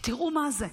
כי תראו מה זה,